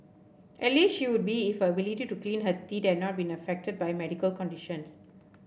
at least she would be if her ability to clean her teeth had not been affected by her medical conditions